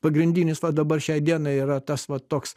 pagrindinis va dabar šiai dienai yra tas va toks